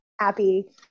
happy